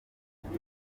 yanze